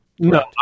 No